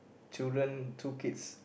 children two kids